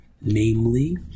namely